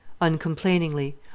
uncomplainingly